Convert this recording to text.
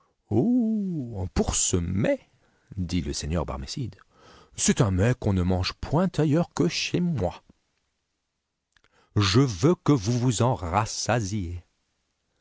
pour ce mets dit le seigneur barmécide c'est un mets qu'on ne mange point ailleurs que chez moi je veux que vous vous en rassasiiez